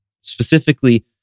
Specifically